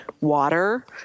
water